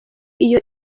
iyo